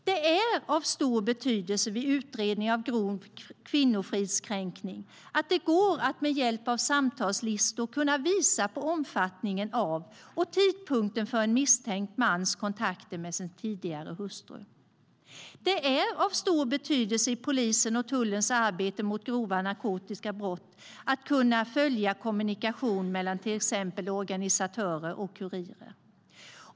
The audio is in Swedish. Det är av stor betydelse vid utredning av grov kvinnofridskränkning att det med hjälp av samtalslistor går att visa på omfattningen av och tidpunkten för en misstänkt mans kontakter med sin tidigare hustru. Det är av stor betydelse i polisens och tullens arbete mot grova narkotikabrott att kunna följa kommunikation mellan till exempel organisatörer och kurirer.